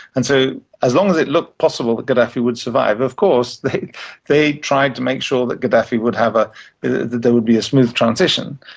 and so as long as it looked possible that gaddafi would survive, of course they they tried to make sure that gaddafi would have a. that there would be a smooth transition.